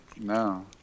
No